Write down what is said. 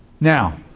Now